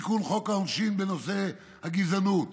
לתיקון חוק העונשין בנושא הגזענות